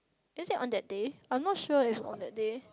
is it on their day but not sure if on that day